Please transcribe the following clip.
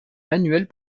manuels